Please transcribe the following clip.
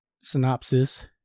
synopsis